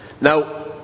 Now